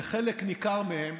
חלק ניכר מהן